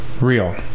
real